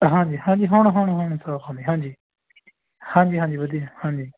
ਹਾਂਜੀ ਹਾਂਜੀ ਹੁਣ ਹੁਣ ਹੁਣ ਸਾਫ ਆਉਂਦੀ ਹਾਂਜੀ ਹਾਂਜੀ ਹਾਂਜੀ ਵਧੀਆ ਹਾਂਜੀ